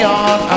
on